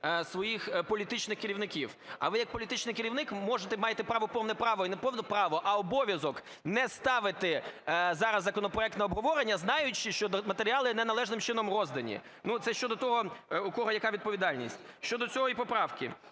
своїх політичних керівників. А ви як політичний керівник можете… маєте повне право і не повне право, а обов'язок не ставити зараз законопроект на обговорення, знаючи, що матеріали неналежним чином роздані. Ну, це щодо того, в кого яка відповідальність. Щодо цієї поправки,